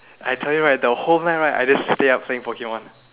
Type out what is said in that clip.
I tell you right the whole night right I just stay up playing Pokemon